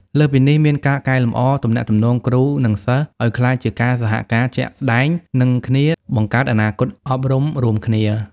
លើសពីនេះមានការកែលម្អទំនាក់ទំនងគ្រូនិងសិស្សឲ្យក្លាយជាការសហការណ៍ជាក់ស្តែងនឹងគ្នាបង្កើតអនាគតអប់រំរួមគ្នា។